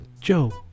Joe